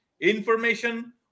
information